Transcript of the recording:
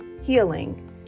healing